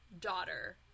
daughter